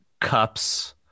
cups